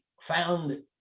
found